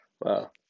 Wow